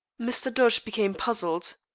mr. dodge became puzzled.